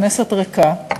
הכנסת ריקה,